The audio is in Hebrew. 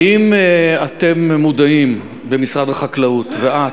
האם אתם מודעים במשרד החקלאות, ואת,